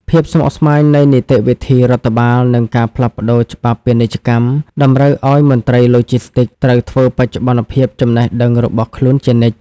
ភាពស្មុគស្មាញនៃនីតិវិធីរដ្ឋបាល និងការផ្លាស់ប្តូរច្បាប់ពាណិជ្ជកម្ម តម្រូវឱ្យមន្ត្រីឡូជីស្ទីកត្រូវធ្វើបច្ចុប្បន្នភាពចំណេះដឹងរបស់ខ្លួនជានិច្ច។